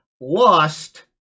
lost